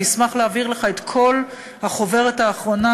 אני אשמח להעביר לכם את החוברת האחרונה,